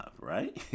right